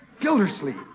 Gildersleeve